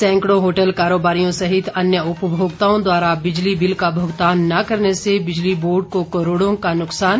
सैंकड़ों होटल कारोबारियों सहित अन्य उपभोक्ताओं द्वारा बिजली बिल का भुगतान न करने से बिजली बोर्ड को करोड़ों का नुकसान